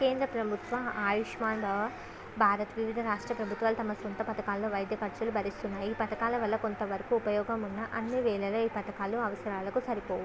కేంద్ర ప్రభుత్వ ఆయుష్మాన్ భవ భారత్ వివిధ రాష్ట్ర ప్రభుత్వాలు తమ సొంత పథకాలలో వైద్య ఖర్చులు భరిస్తున్నాయి ఈ పథకాల వల్ల కొంత వరకు ఉపయోగమున్న అన్నివేళలా ఈ పథకాలు అవసరాలకు సరిపోవు